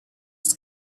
its